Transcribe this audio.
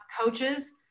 coaches